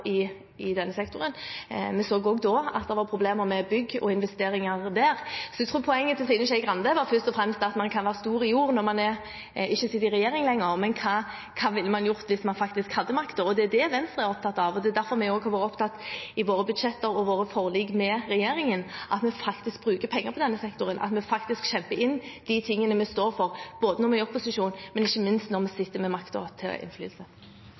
midlertidighet i denne sektoren, og vi så også da at det var problemer med bygg og investeringer. Jeg tror poenget til Trine Skei Grande først og fremst var at man kan være stor i ord når man ikke lenger sitter i regjering, men hva ville man gjort hvis man faktisk hadde makten? Det er det Venstre er opptatt av, og det er derfor vi også har vært opptatt av i våre budsjetter og i våre forlik med regjeringen at vi faktisk bruker penger på denne sektoren, at vi faktisk kjemper for å få inn de tingene vi står for, når vi er i opposisjon, og ikke minst når vi sitter med makt til